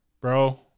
bro